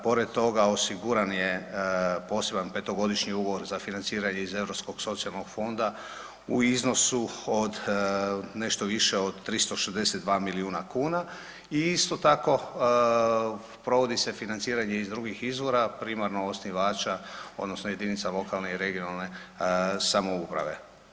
Pored toga, osiguran je poseban 5-godišnji ugovor za financiranje iz Europskog socijalnog fonda u iznosu od nešto više od 362 milijuna kuna i isto tako, provodi se financiranje iz drugih izvora, primarno osnivača odnosno jedinice lokalne i regionalne samouprave.